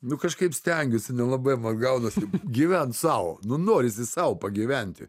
nu kažkaip stengiuosi nelabai man gaunas gyvent sau nu norisi sau pagyventi